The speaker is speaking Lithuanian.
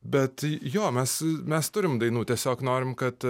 bet jo mes mes turim dainų tiesiog norim kad